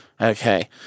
Okay